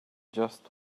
just